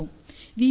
S